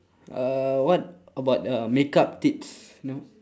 uh what about uh makeup tips you know